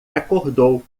acordou